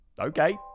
okay